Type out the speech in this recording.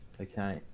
Okay